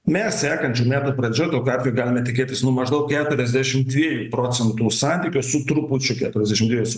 mes sekančių metų pradžioj tokiu atveju galime tikėtis nu maždaug keturiasdešimt dviejų procentų santykio su trupučiu keturiasdešimt dviejų